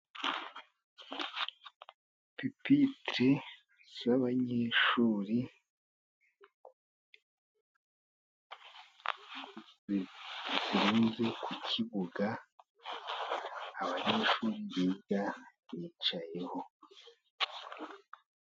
Pipitire z'abanyeshuri zirunze ku kibuga abanyeshuri biga yicayeho.